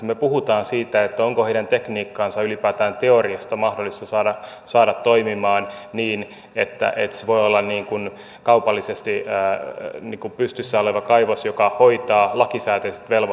me puhumme siitä onko heidän tekniikkansa ylipäätään teoriassa mahdollista saada toimimaan niin että se voi olla kaupallisesti pystyssä oleva kaivos joka hoitaa lakisääteiset velvoitteensa